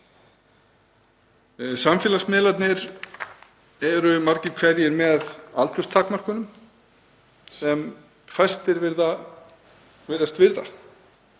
Samfélagsmiðlarnir eru margir hverjir með aldurstakmörkunum sem fæstir virðast vita